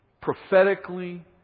prophetically